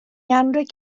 anrheg